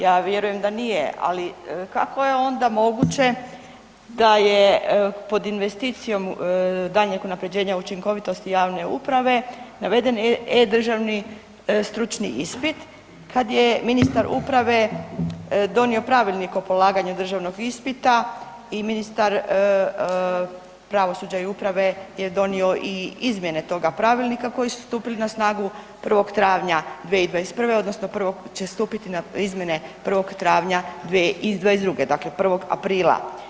Ja vjerujem da nije, ali kako je onda moguće da je pod investicijom daljnjeg unaprjeđenja učinkovitosti javne uprave naveden e-državni stručni ispit kad je ministar uprave donio Pravilnik o polaganju državnog ispita i ministar pravosuđa i uprave je donio i izmjene toga Pravilnika koji su stupili na snagu 1. travnja 2021. odnosno 1. će stupiti izmjene 1. travnja iz 2022., dakle 1. aprila.